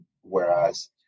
whereas